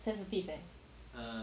sensitive eh